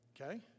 okay